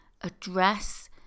address